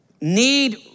need